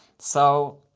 so.